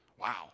Wow